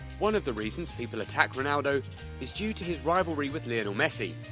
one of the reasons people attack ronaldo is due to his rivalry with lionel messi.